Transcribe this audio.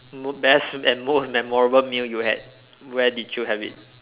most best and most memorable meal you had where did you have it